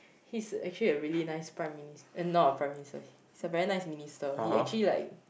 he is actually a really nice Prime Minis~ then not a Prime-Minister so very nice Minister he actually like